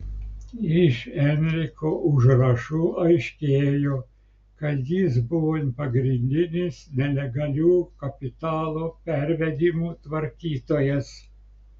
iš enriko užrašų aiškėjo kad jis buvo pagrindinis nelegalių kapitalo pervedimų tvarkytojas